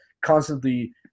constantly